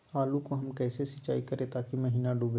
आलू को हम कैसे सिंचाई करे ताकी महिना डूबे?